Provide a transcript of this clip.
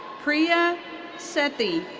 priya sethi.